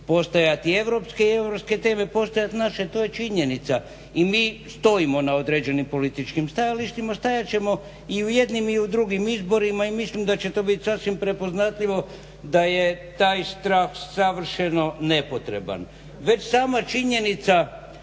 postajati europske i europske teme postajati naše, to je činjenica i mi stojimo na određenim političkim stajalištima. Stajat ćemo i u jednim i u drugim izborima i mislim da će to biti sasvim prepoznatljivo da je taj strah savršeno nepotreban. Već sama činjenica